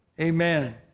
Amen